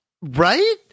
right